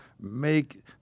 make